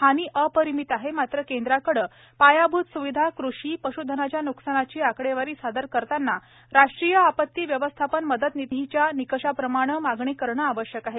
हानी अपरिमित आहे मात्र केंद्राकडे पायाभूत स्विधाकृषी पश्धनाच्या न्कसानाची आकडेवारी सादर करताना राष्ट्रीय आपत्ती व्यवस्थापन मदत निधीच्या निकषाप्रमाणे मागणी करणे आवश्यक आहे